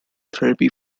therapy